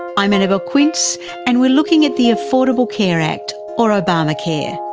i'm annabelle quince and we're looking at the affordable care act or obamacare.